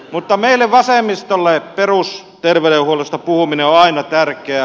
mutta meille vasemmistolle perusterveydenhuollosta puhuminen on aina tärkeää